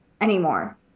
anymore